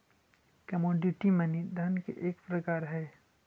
commodity money धन के एक प्रकार हई